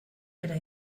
bera